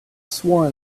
sworn